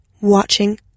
watching